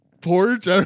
porch